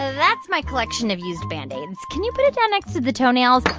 ah that's my collection of used band-aids. can you put it down next to the toenails?